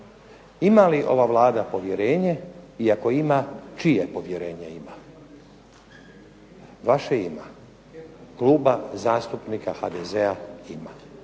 Ima li ova Vlada povjerenje, i ako ima čije povjerenje ima? Vaše ima. Kluba zastupnika HDZ-a ima.